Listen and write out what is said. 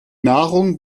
nahrung